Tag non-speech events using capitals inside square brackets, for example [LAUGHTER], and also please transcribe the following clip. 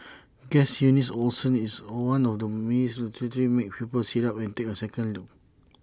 [NOISE] Guess Eunice Olsen is one of the miss literally make people sit up and take A second look